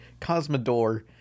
Cosmodor